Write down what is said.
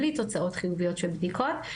בלי תוצאות חיוביות של בדיקות,